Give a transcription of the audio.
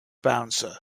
bouncer